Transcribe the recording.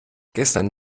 gestern